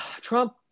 Trump